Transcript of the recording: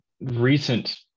recent